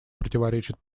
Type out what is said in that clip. противоречат